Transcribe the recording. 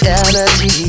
energy